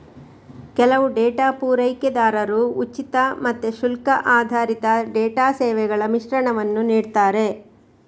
ಕೆಲವು ಡೇಟಾ ಪೂರೈಕೆದಾರರು ಉಚಿತ ಮತ್ತೆ ಶುಲ್ಕ ಆಧಾರಿತ ಡೇಟಾ ಸೇವೆಗಳ ಮಿಶ್ರಣವನ್ನ ನೀಡ್ತಾರೆ